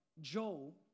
Joel